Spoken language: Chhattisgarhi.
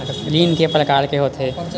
ऋण के प्रकार के होथे?